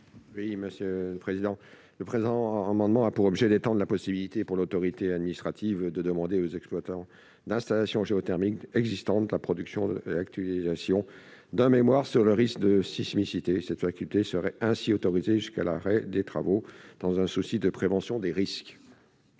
l'amendement n° 1835. Le présent amendement a pour objet d'étendre la possibilité, pour l'autorité administrative, de demander aux exploitants d'installations géothermiques existantes la production et l'actualisation d'un mémoire sur le risque de sismicité. Cette faculté serait ainsi autorisée jusqu'à l'arrêt des travaux, dans un souci de prévention des risques.